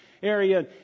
area